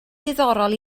diddorol